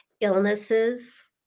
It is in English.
illnesses